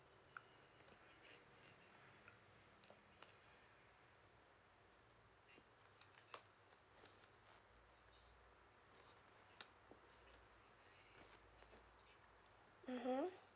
mmhmm